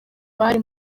bari